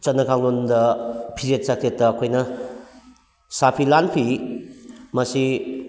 ꯆꯠꯅ ꯀꯥꯡꯂꯣꯟꯗ ꯐꯤꯖꯦꯠ ꯆꯥꯛꯆꯦꯠꯇ ꯑꯩꯈꯣꯏꯅ ꯁꯥꯐꯤ ꯂꯥꯟꯐꯤ ꯃꯁꯤ